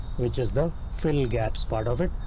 which is the fill gaps part of it.